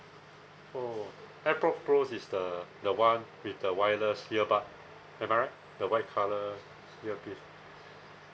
oh AirPod pros is the the one with the wireless earbud am I right the white colour earpiece